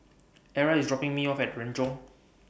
Arra IS dropping Me off At Renjong